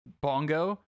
bongo